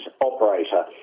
operator